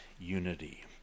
unity